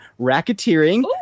racketeering